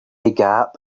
gap